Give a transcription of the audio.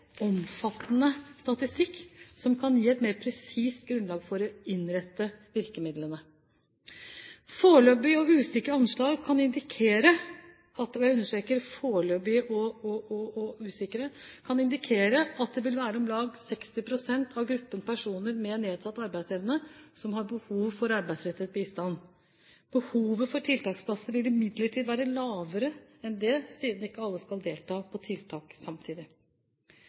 omfattende statistikk som kan gi et mer presist grunnlag for å innrette virkemidlene. Foreløpige og usikre anslag kan indikere – jeg vil understreke foreløpige og usikre – at det vil være om lag 60 pst. av gruppen personer med nedsatt arbeidsevne som har behov for arbeidsrettet bistand. Behovet for tiltaksplasser vil imidlertid være lavere enn det siden ikke alle skal delta på tiltak samtidig.